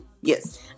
yes